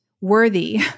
worthy